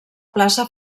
plaça